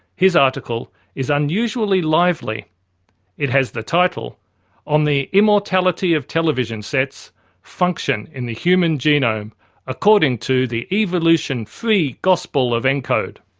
his article is unusually it has the title on the immortality of television sets function in the human genome according to the evolution-free gospel of encode.